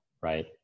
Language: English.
right